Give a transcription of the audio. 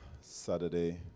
Saturday